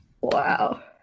wow